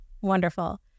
Wonderful